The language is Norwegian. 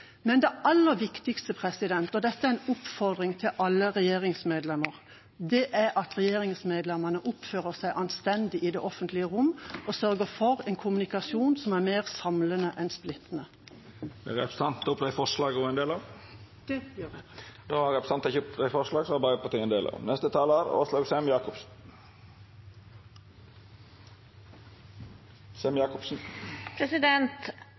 Men det aller viktigste – og dette er en oppfordring til alle regjeringsmedlemmer – er at regjeringsmedlemmene oppfører seg anstendig i det offentlige rom og sørger for en kommunikasjon som er mer samlende enn splittende. Jeg tar opp det forslaget Arbeiderpartiet har sammen med Senterpartiet og SV. Representanten Kari Henriksen har teke opp det forslaget ho refererte til. SV fremmet dette forslaget om en egen handlingsplan mot islamofobi og